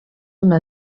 una